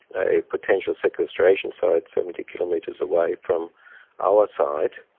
a potential sequestration site seventy kilometres away from our site.